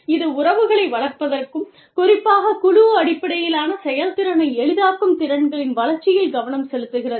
இது உறவுகளை வளர்ப்பதற்கும் குறிப்பாகக் குழு அடிப்படையிலான செயல்திறனை எளிதாக்கும் திறன்களின் வளர்ச்சியில் கவனம் செலுத்துகிறது